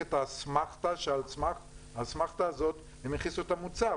את האסמכתא שעל סמך האסמכתא הזו הם יכניסו את המוצר,